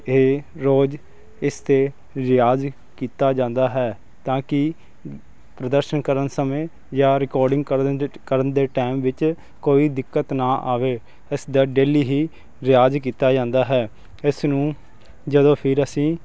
ਇਹ ਰੋਜ਼ ਇਸ 'ਤੇ ਰਿਆਜ਼ ਕੀਤਾ ਜਾਂਦਾ ਹੈ ਤਾਂ ਕਿ ਪ੍ਰਦਰਸ਼ਨ ਕਰਨ ਸਮੇਂ ਜਾਂ ਰਿਕਾਰਡਿੰਗ ਕਰਨ ਦੇਂਦੇ ਕਰਨ ਦੇ ਟਾਈਮ ਵਿੱਚ ਕੋਈ ਦਿੱਕਤ ਨਾ ਆਵੇ ਇਸ ਦਾ ਡੇਲੀ ਹੀ ਰਿਆਜ਼ ਕੀਤਾ ਜਾਂਦਾ ਹੈ ਇਸ ਨੂੰ ਜਦੋਂ ਫਿਰ ਅਸੀਂ